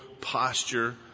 posture